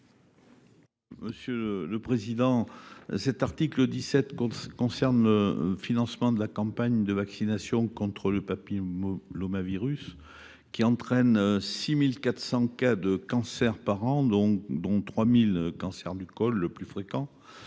sur l’article. Cet article 17 concerne le financement de la campagne de vaccination contre le papillomavirus, qui entraîne 6 400 cas de cancer par an, dont 3 000 cancers du col de l’utérus.